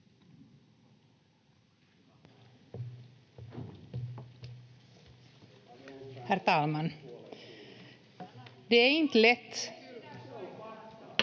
Herr talman!